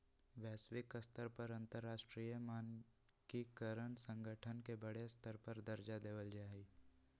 वैश्विक स्तर पर अंतरराष्ट्रीय मानकीकरण संगठन के बडे स्तर पर दर्जा देवल जा हई